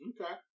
Okay